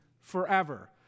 forever